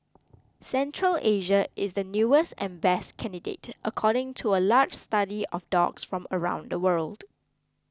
Central Asia is the newest and best candidate according to a large study of dogs from around the world